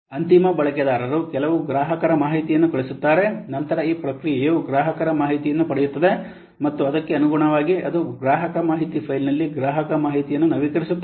ಅಂತಿಮ ಬಳಕೆದಾರರು ಕೆಲವು ಗ್ರಾಹಕರ ಮಾಹಿತಿಯನ್ನು ಕಳುಹಿಸುತ್ತಾರೆ ನಂತರ ಈ ಪ್ರಕ್ರಿಯೆಯು ಗ್ರಾಹಕರ ಮಾಹಿತಿಯನ್ನು ಪಡೆಯುತ್ತದೆ ಮತ್ತು ಅದಕ್ಕೆ ಅನುಗುಣವಾಗಿ ಅದು ಗ್ರಾಹಕ ಮಾಹಿತಿ ಫೈಲ್ನಲ್ಲಿ ಗ್ರಾಹಕ ಮಾಹಿತಿಯನ್ನು ನವೀಕರಿಸುತ್ತದೆ